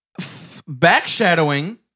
backshadowing